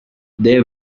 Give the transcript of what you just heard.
they